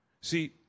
See